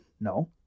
No